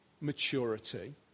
maturity